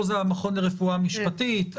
פה זה המכון לרפואה משפטית,